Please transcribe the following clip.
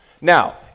now